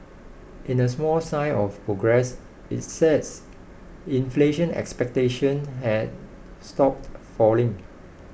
in a small sign of progress it said inflation expectations had stopped falling